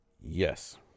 Yes